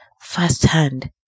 firsthand